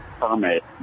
permit